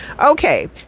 okay